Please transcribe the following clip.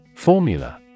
Formula